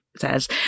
says